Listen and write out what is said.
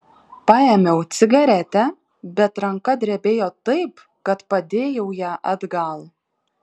paėmiau cigaretę bet ranka drebėjo taip kad padėjau ją atgal